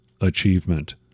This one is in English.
achievement